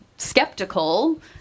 skeptical